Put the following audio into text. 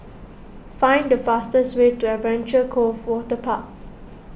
find the fastest way to Adventure Cove Waterpark